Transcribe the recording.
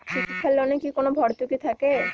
শিক্ষার লোনে কি কোনো ভরতুকি থাকে?